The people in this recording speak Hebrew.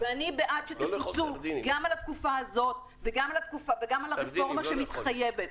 ואני בעד שתפוצו גם על התקופה הזאת וגם על הרפורמה שמתחייבת.